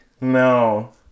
No